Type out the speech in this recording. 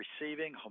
receiving